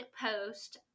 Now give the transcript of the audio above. post